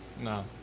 No